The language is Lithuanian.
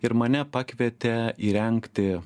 ir mane pakvietė įrengti